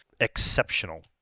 exceptional